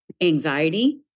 anxiety